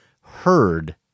heard